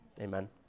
Amen